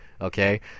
okay